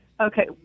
okay